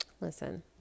Listen